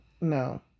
No